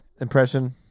impression